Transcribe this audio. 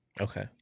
Okay